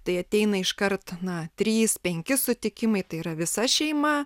tai ateina iš karto na trys penki sutikimai tai yra visa šeima